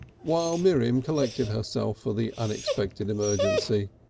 while miriam collected herself for the unexpected emergency.